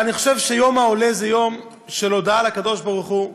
אבל אני חושב שיום העולה זה יום של הודאה לקדוש ברוך הוא,